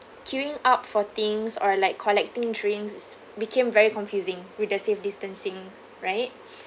queuing up for things or like collecting drinks became very confusing with the safe distancing right